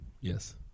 Yes